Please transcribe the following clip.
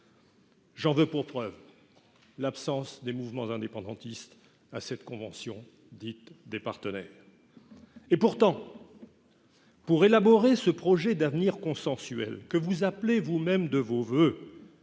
J'en veux pour preuve l'absence des mouvements indépendantistes à cette convention dite « des partenaires ». Et pourtant, pour élaborer ce projet d'avenir consensuel que vous appelez vous-même de vos voeux,